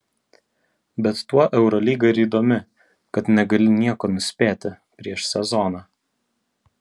bet tuo eurolyga ir įdomi kad negali nieko nuspėti prieš sezoną